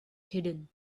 hidden